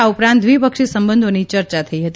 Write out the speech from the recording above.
આ ઉપરાંત દ્વિપક્ષી સંબંધોની ચર્ચા થઇ હતી